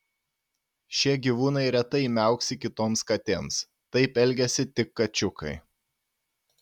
šie gyvūnai retai miauksi kitoms katėms taip elgiasi tik kačiukai